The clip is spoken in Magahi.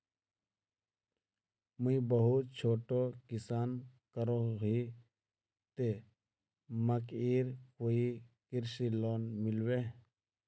मुई बहुत छोटो किसान करोही ते मकईर कोई कृषि लोन मिलबे?